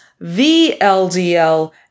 VLDL